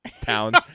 towns